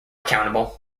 accountable